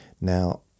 Now